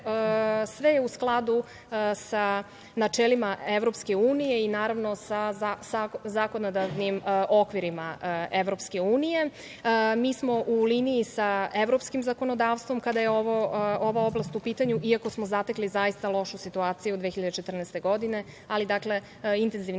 sve je u skladu sa načelima Evropske unije i, naravno, sa zakonodavnim okvirima EU.Mi smo u liniji sa evropskim zakonodavstvom kada je ova oblast u pitanju, iako smo zatekli zaista lošu situaciju 2014. godine, ali je intenzivnim